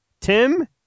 tim